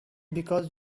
because